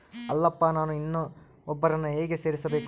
ಅಲ್ಲಪ್ಪ ನಾನು ಇನ್ನೂ ಒಬ್ಬರನ್ನ ಹೇಗೆ ಸೇರಿಸಬೇಕು?